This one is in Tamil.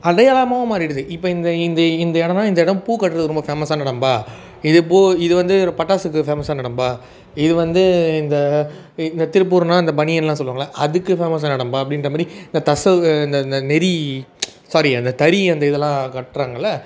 அடையாளமாகவும் மாறிடுது இப்போ இங்கே இந்த இந்த இடம்னா இந்த இடம் பூ கட்டுறதுக்கு ரொம்ப ஃபேமஸான இடம்ப்பா இது பூ இது வந்து பட்டாசுக்கு ஃபேமஸான இடம்ப்பா இது வந்து இந்த இங்கே திருப்பூர்னா இந்த பனியன்லாம் சொல்லுவாங்கள்ல அதுக்கு ஃபேமஸான இடம்ப்பா அப்படின்ற மாதிரி இந்த நெசவு இந்த இந்த தறி சாரி அந்த தறி அந்த இதெல்லாம் கட்டுறாங்கள்ல